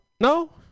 No